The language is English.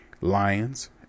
Lions